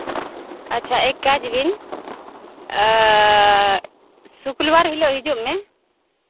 ᱟᱪᱪᱷᱟ ᱮᱠ ᱠᱟᱡᱽᱵᱤᱱ ᱥᱩᱠᱚᱞ ᱵᱟᱨ ᱦᱤᱞᱳᱜ ᱦᱤᱡᱩᱜ ᱢᱮ